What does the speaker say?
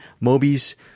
Moby's